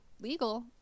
legal